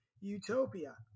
Utopia